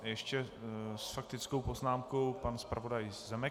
Ještě s faktickou poznámkou pan zpravodaj Zemek.